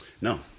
no